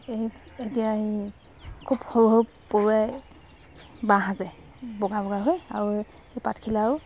এই এতিয়া এই খুব সৰু সৰু পৰুৱাই বাহ সাজে বগা বগা হৈ আৰু এই পাতখিলাও